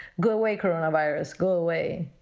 go away, coronavirus. go away,